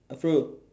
அப்புறம்:appuram